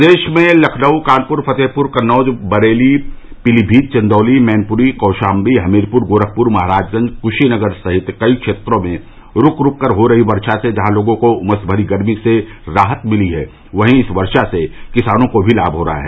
प्रदेश में लखनऊ कानपुर फतेहपुर कन्नौज बरेली पीलीभीत चन्दौली मैनपुरी कौशाम्बी हमीरपुर गोरखपुर महराजगंज कुशीनगर सहित कई क्षेत्रों में रूक रूक कर हो रही वर्षा से जहां लोगों को उमस भरी गरमी से राहत मिली है वहीं इस वर्ष से किसानों को भी लाभ हो रहा है